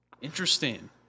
Interesting